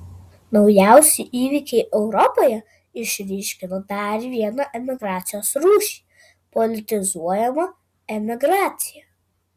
naujausi įvykiai europoje išryškino dar vieną emigracijos rūšį politizuojamą emigraciją